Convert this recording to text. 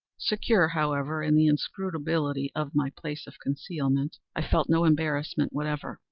secure, however, in the inscrutability of my place of concealment, i felt no embarrassment whatever.